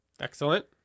Excellent